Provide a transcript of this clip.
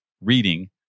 reading